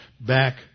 back